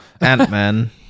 Ant-Man